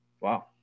wow